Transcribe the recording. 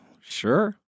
sure